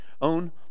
own